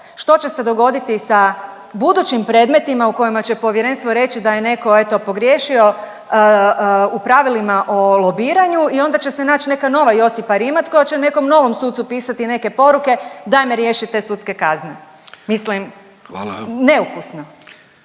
Što će se dogoditi sa budućim predmetima u kojima će povjerenstvo reći da je netko eto pogriješio u pravilima o lobiranju i onda će se naći neka nova Josipa Rimac koja će nekom novom sucu pisati neke poruke „daj me riješi te sudske kazne“.